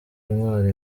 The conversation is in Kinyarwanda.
intwaro